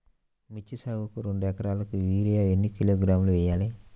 మిర్చి సాగుకు రెండు ఏకరాలకు యూరియా ఏన్ని కిలోగ్రాములు వేయాలి?